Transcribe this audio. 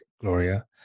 Gloria